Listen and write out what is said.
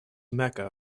mecca